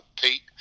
Pete